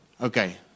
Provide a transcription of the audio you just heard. Okay